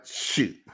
shoot